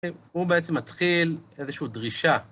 הוא בעצם מתחיל איזושהי דרישה.